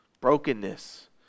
brokenness